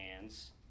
hands